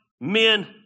men